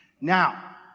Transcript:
Now